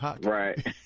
Right